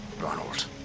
Ronald